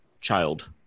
child